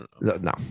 no